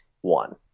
one